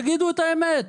תגידו את האמת.